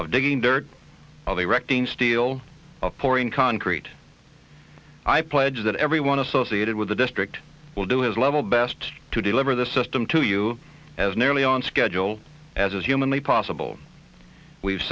of digging dirt of erecting steel pouring concrete i pledge that everyone associated with the district will do his level best to deliver the system to you as nearly on schedule as is humanly possible we've